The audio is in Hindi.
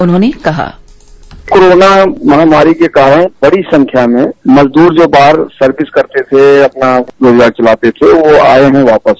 उन्होंने कहा कोरोना महामारी के कारण बड़ी संख्या में मजदूर जो बाहर सर्विस करते थे अपना रोजगार चलाते थे वह आए हैं वापस